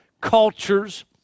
cultures